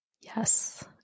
Yes